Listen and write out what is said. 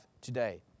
today